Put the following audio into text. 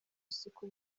isuku